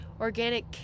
organic